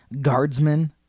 guardsmen